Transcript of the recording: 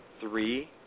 three